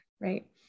right